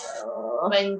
err